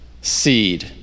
seed